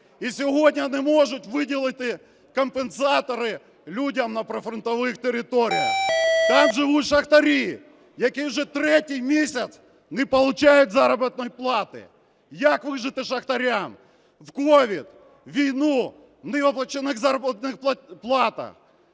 і сьогодні не можуть виділити компенсатори людям на прифронтових територіях. Там живуть шахтарі, які вже третій місяць не получають заробітної плати. Як вижити шахтарям в COVID, війну, невиплачених заробітних платах?